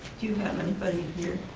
do you have anybody here?